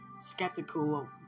skeptical